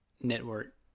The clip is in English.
network